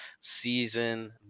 season